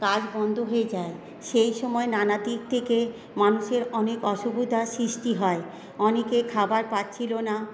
কাজ বন্ধ হয়ে যায় সেই সময় নানাদিক থেকে মানুষের অনেক অসুবিধা সৃষ্টি হয় অনেকে খাবার পাচ্ছিল না